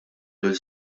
lil